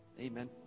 amen